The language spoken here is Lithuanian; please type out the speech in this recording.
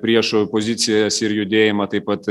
priešo pozicijas ir judėjimą taip pat